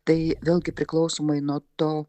tai vėlgi priklausomai nuo to